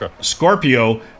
Scorpio